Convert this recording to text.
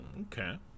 Okay